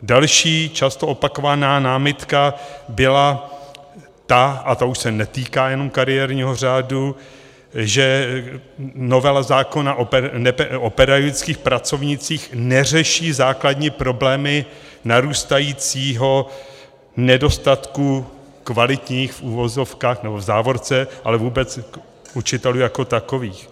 Další často opakovaná námitka byla ta, a to už se netýká jenom kariérního řádu, že novela zákona o pedagogických pracovnících neřeší základní problémy narůstajícího nedostatku kvalitních, v uvozovkách nebo v závorce, ale vůbec učitelů jako takových.